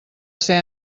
ser